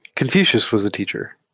confucius was a teacher,